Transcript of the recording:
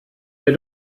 wir